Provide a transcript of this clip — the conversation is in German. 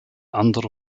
andere